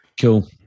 Cool